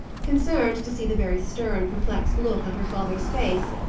concerned to see the very stern, perplexed look on her father's face,